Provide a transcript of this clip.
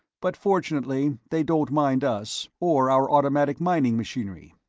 but fortunately they don't mind us, or our automatic mining machinery.